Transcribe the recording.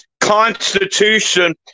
Constitution